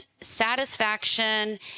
satisfaction